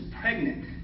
pregnant